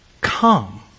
come